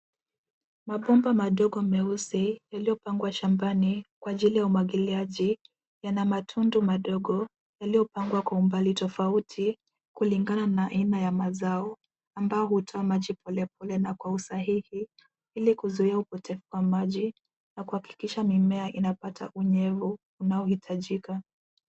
Mabomba madogo meusi, yaliyopangwa shambani kwa ajili ya umwangiliaji, yana matundu madogo, yaliopangwa kwa umbali tofauti, kulingana na aina ya mazao ambao hutoa maji polepole na kwa usahihi, ili kuzuia upotevu wa maji, na kuhakikisha mimea inapata unyevu, unaohitajika.